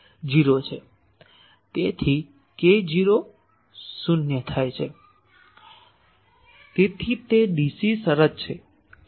તેથી k0 0 થાય છે તેથી તે ડીસી શરત છે k0 0 થાય છે